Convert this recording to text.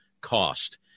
cost